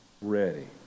ready